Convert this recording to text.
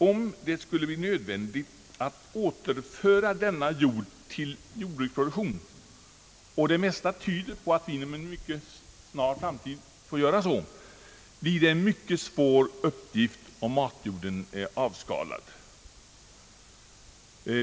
Om det skulle bli nödvändigt att återföra denna mark till jordbruksproduktion — och det mesta tyder på att vi inom en mycket snar framtid får göra så — blir det en mycket svår uppgift om matjorden är avskalad.